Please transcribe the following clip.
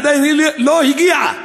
היא עדיין לא הגיעה,